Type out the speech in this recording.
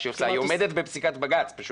היא פשוט עומדת בפסיקת בג"ץ.